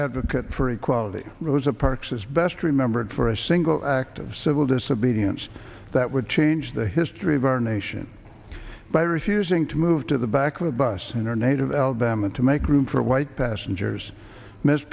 advocate for equality rosa parks is best remembered for a single act of civil disobedience that would change the history of our nation by refusing to move to the back of a bus in her native alabama to make room for a white passengers m